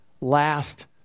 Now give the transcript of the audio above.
last